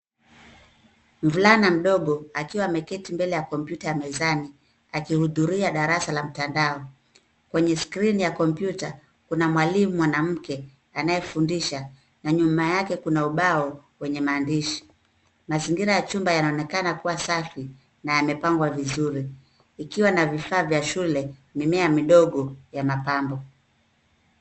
Mvulana mdogo akiwa ameketi mbele ya kompyuta ya mezani, akihudhuria darasa la mtandao. Kwenye skrini ya kompyuta, kuna mwalimu mwanamke anayefundisha na nyuma yake kuna ubao wenye maandishi. Mazingira ya chumba yanaonekana kuwa safi na yamepangwa vizuri. Ikiwa na vifaa vya shule, mimea midogo ya mapambo.